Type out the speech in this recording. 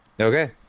Okay